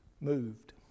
moved